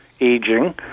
aging